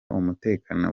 umutekano